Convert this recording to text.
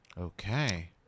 Okay